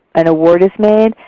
an award is made.